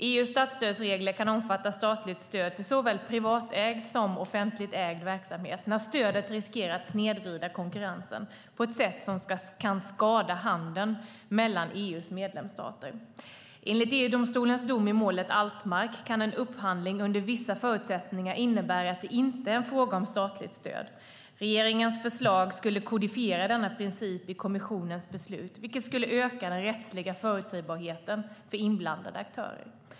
EU:s statsstödsregler kan omfatta statligt stöd till såväl privat ägd som offentligt ägd verksamhet när stödet riskerar att snedvrida konkurrensen på ett sätt som kan påverka handeln mellan EU:s medlemsstater. Enligt EU-domstolens dom i målet Altmark kan en upphandling under vissa förutsättningar innebära att det inte är fråga om statligt stöd. Regeringens förslag skulle kodifiera denna princip i kommissionens beslut, vilket skulle öka den rättsliga förutsägbarheten för inblandade aktörer.